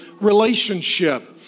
relationship